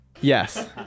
Yes